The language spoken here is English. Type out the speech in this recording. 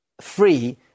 free